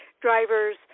drivers